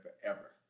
forever